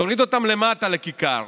תוריד אותם למטה לכיכר